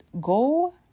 Go